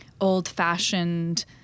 old-fashioned